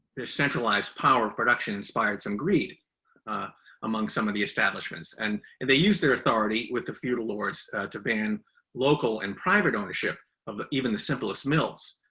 their centralized power production inspired some greed among some of the establishments and and they use their authority with the feudal lords to ban local and private ownership of the, even the simplest mills.